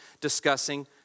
discussing